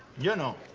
you know